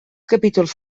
capítols